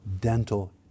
dental